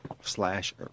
Slash